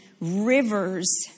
rivers